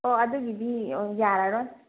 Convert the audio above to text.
ꯑꯣ ꯑꯗꯨꯒꯤꯗꯤ ꯌꯥꯔꯔꯣꯏ